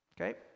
Okay